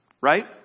right